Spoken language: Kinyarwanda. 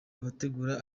abategura